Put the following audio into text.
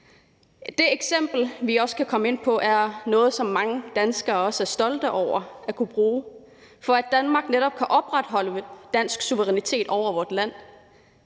Det eksempel, vi også kan komme ind på, er noget, som mange danskere også er stolte over at kunne bruge, for at Danmark netop kan opretholde dansk suverænitet over vort land.